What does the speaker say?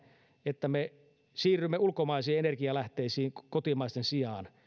että me siirrymme ulkomaisiin energialähteisiin kotimaisten sijaan